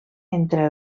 entre